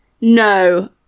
No